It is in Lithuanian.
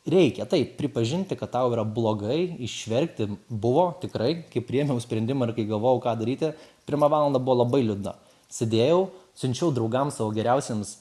reikia taip pripažinti kad tau yra blogai išverkti buvo tikrai kai priėmiau sprendimą ir kai galvojau ką daryti pirma valanda buvo labai liūdna sėdėjau siunčiau draugams savo geriausiems